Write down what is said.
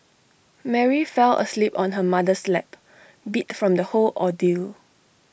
Mary fell asleep on her mother's lap beat from the whole ordeal